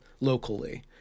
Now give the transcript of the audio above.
locally